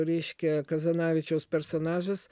reiškia kazanavičiaus personažas